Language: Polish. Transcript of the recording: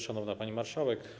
Szanowna Pani Marszałek!